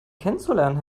kennenzulernen